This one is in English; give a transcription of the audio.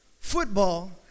football